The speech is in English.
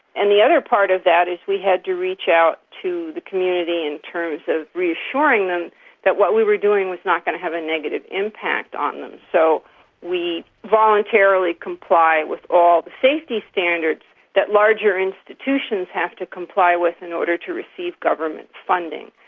and the other part of that is we had to reach out to the community in terms of reassuring them that what we were doing was not going to have a negative impact on them. so we voluntarily comply with all the safety standards that larger institutions have to comply with in order to receive government funding.